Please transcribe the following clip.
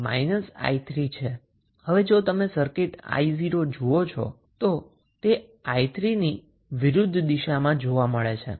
હવે જો તમે આ સર્કિટ જોશો તો 𝑖0 એ i3 ની વિરુધ્ધ દિશામાં છે